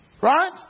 Right